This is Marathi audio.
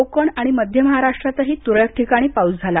कोकण आणि मध्य महाराष्ट्रातही तुरळक ठिकाणी पाऊस झाला